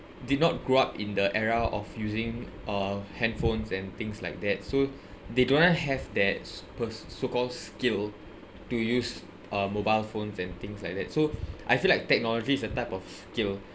did not grow up in the era of using uh handphones and things like that so they do not have that s~ pers~ so called skill to use uh mobile phones and things like that so I feel like technology is a type of skill